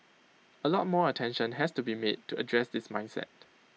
A lot more attention has to be made to address this mindset